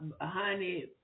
Honey